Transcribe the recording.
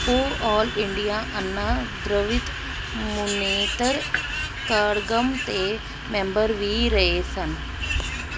ਉਹ all India Anna Dravida Munnetra Kazhagam ਦੇ ਮੈਂਬਰ ਵੀ ਰਹੇ ਸਨ